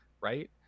right